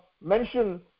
mention